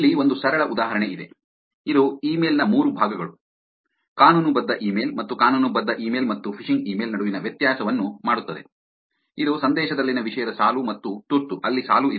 ಇಲ್ಲಿ ಒಂದು ಸರಳ ಉದಾಹರಣೆ ಇದೆ ಇದು ಇಮೇಲ್ ನ ಮೂರು ಭಾಗಗಳು ಕಾನೂನುಬದ್ಧ ಇಮೇಲ್ ಮತ್ತು ಕಾನೂನುಬದ್ಧ ಇಮೇಲ್ ಮತ್ತು ಫಿಶಿಂಗ್ ಇಮೇಲ್ ನಡುವಿನ ವ್ಯತ್ಯಾಸವನ್ನು ಮಾಡುತ್ತದೆ ಇದು ಸಂದೇಶದಲ್ಲಿನ ವಿಷಯದ ಸಾಲು ಮತ್ತು ತುರ್ತು ಅಲ್ಲಿ ಸಾಲು ಇದೆ